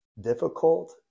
difficult